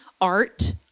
art